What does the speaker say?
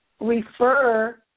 refer